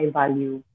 value